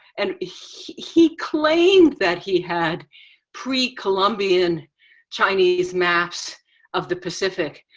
and he he claimed that he had pre-colombian chinese maps of the pacific,